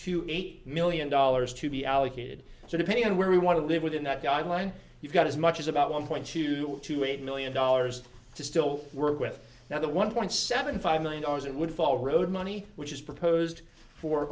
to eight million dollars to be allocated so depending on where we want to live within that guideline you've got as much as about one point two to eight million dollars to still work with now the one point seven five million dollars it would follow road money which is proposed for